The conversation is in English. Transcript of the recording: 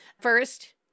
First